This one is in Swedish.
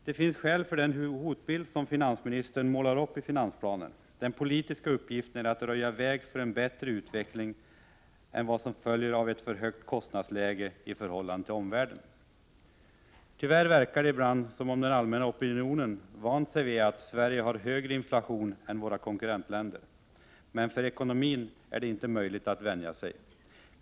Det finns skäl för den hotbild som finansministern målar upp i finanspla-]| nen. Den politiska uppgiften är att röja väg för en bättre utveckling än vadj som följer av ett för högt kostnadsläge i förhållande till omvärlden. Tyvärr verkar det ibland som om den allmänna opinionen vant sig vid att] Sverige har högre inflation än våra konkurrentländer. För ekonomin är detj inte möjligt att vänja sig.